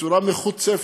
בצורה מחוצפת,